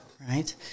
right